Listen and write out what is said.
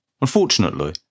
Unfortunately